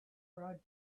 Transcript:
project